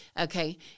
Okay